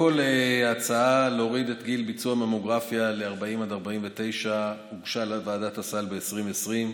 ההצעה להוריד את גיל ביצוע הממוגרפיה ל-40 49 הוגשה לוועדת הסל ב-2020.